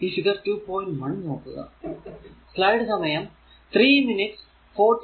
ഈ ഫിഗർ 2